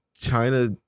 China